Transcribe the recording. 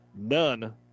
none